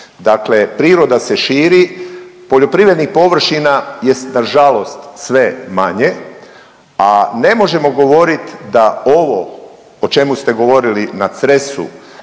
Dakle, priroda se širi, poljoprivrednih površina je na žalost sve manje a ne možemo govoriti da ovo o čemu ste govorili na Cresu